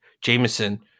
Jameson